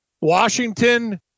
Washington